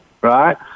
right